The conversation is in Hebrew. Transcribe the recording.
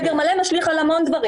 סגר מלא משליך על המון דברים.